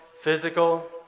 physical